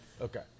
Okay